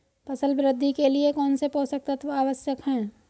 फसल वृद्धि के लिए कौनसे पोषक तत्व आवश्यक हैं?